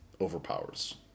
overpowers